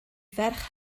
ferch